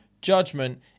judgment